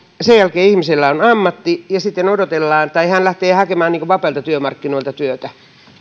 sen jälkeen ihmisellä on ammatti ja sitten hän lähtee hakemaan vapailta työmarkkinoilta työtä